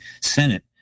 senate